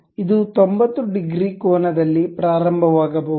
ಮತ್ತು ಇದು 90 ಡಿಗ್ರಿ ಕೋನದಲ್ಲಿ ಪ್ರಾರಂಭವಾಗಬಹುದು